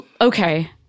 Okay